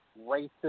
racist